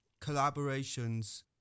collaborations